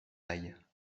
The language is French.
aille